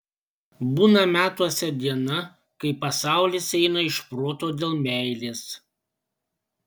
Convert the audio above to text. būna metuose diena kai pasaulis eina iš proto dėl meilės